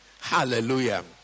Hallelujah